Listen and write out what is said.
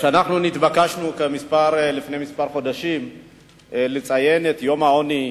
כשאנחנו ביקשנו לפני כמה חודשים לציין את יום העוני,